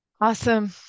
awesome